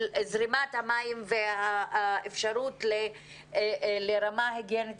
מים זורמים וקשה בהם לקיים רמת היגיינה גבוהה.